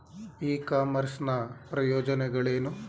E commerce ನ ಪ್ರಯೋಜನಗಳೇನು?